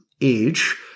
age